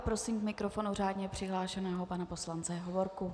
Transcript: Prosím k mikrofonu řádně přihlášeného pana poslance Hovorku.